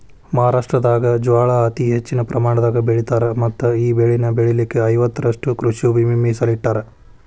ಮಹಾರಾಷ್ಟ್ರದಾಗ ಜ್ವಾಳಾ ಅತಿ ಹೆಚ್ಚಿನ ಪ್ರಮಾಣದಾಗ ಬೆಳಿತಾರ ಮತ್ತಈ ಬೆಳೆನ ಬೆಳಿಲಿಕ ಐವತ್ತುರಷ್ಟು ಕೃಷಿಭೂಮಿನ ಮೇಸಲಿಟ್ಟರಾ